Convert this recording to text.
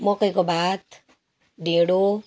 मकैको भात ढिँडो